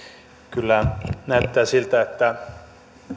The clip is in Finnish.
kyllä näyttää siltä että